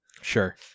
Sure